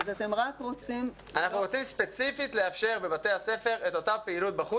אנחנו רוצים ספציפית לאפשר בבתי הספר את אותה פעילות בחוץ,